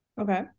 Okay